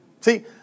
See